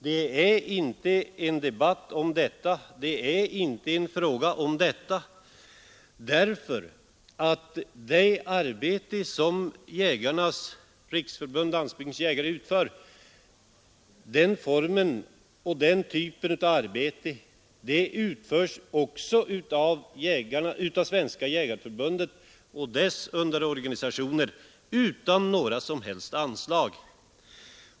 Det är emellertid inte fråga om detta, eftersom den typ av arbete som Jägarnas riksförbund-Landsbygdens jägare utför också utförs av Svenska jägareförbundet och dess underorganisationer utan några som helst anslag.